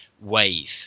wave